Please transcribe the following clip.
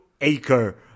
acre